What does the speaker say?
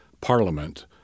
parliament